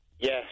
Yes